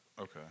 Okay